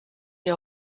der